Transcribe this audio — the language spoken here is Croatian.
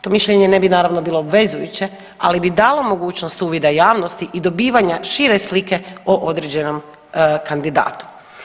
To mišljenje ne bi naravno bilo obvezujuće, ali bi dalo mogućnost uvida javnosti i dobivanja šire slike o određenom kandidatu.